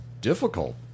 difficult